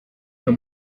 cyo